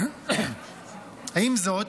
עם זאת,